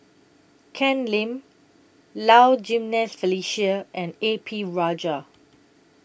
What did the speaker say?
Ken Lim Low Jimenez Felicia and A P Rajah